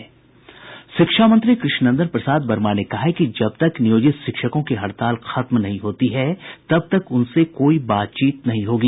इस संबंध में शिक्षा मंत्री कृष्णनंदन प्रसाद वर्मा ने कहा है कि जब तक नियोजित शिक्षकों की हड़ताल खत्म नहीं होती है तब तक उनसे कोई बातचीत नहीं होगी